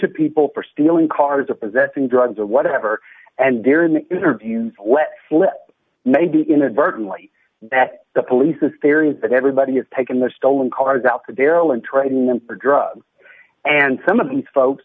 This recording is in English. of people for stealing cars or possessing drugs or whatever and they're in the interviews let slip maybe inadvertently that the police is there is that everybody has taken the stolen cars out to darrell and trading them for drugs and some of these folks